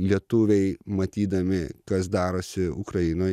lietuviai matydami kas darosi ukrainoj